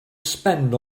spend